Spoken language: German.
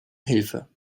hilfe